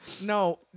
No